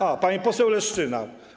A, pani poseł Leszczyna.